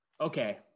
Okay